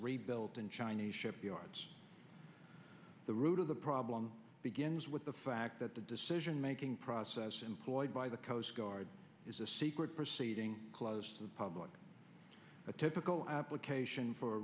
rebuilt in china shipyards the root of the problem begins with the fact that the decision making process employed by the coast guard is a secret proceeding close to the public a typical application for